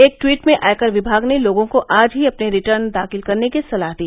एक ट्वीट में आयकर विभाग ने लोगों को आज ही अपने रिटर्न दाखिल करने की सलाह दी